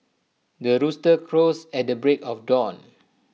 the rooster crows at the break of dawn